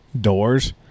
doors